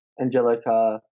Angelica